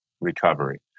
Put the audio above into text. recovery